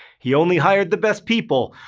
he only hired the best people.